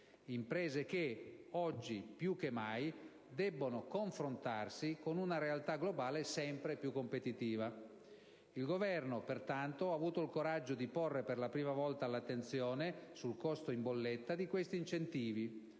imprese che, oggi più che mai, debbono confrontarsi con una realtà globale sempre più competitiva. Il Governo, pertanto, ha avuto il coraggio di porre per la prima volta l'attenzione sul costo in bolletta di questi incentivi